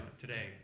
today